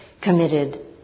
committed